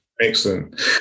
Excellent